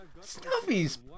Snuffy's